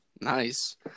Nice